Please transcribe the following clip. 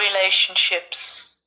relationships